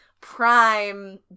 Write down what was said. prime